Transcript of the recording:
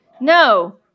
no